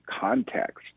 context